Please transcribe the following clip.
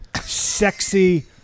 sexy